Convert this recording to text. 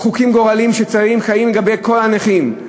חוקים גורליים שיוצרים חיים לגבי כל הנכים.